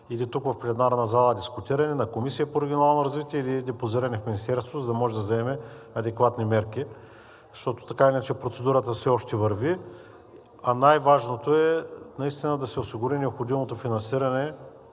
или тук в пленарната зала, на Комисия по регионално развитие или депозирани в Министерството, за да може да вземе адекватни мерки, защото, така или иначе, процедурата все още върви. А най-важното е наистина да се осигури необходимото финансиране,